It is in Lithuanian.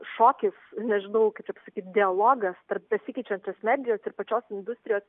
šokis nežinau kaip čia pasakyt dialogas tarp besikeičiančius medijos ir pačios industrijos